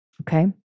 Okay